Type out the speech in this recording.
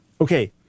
okay